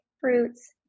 fruits